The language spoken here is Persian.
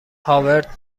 هاورد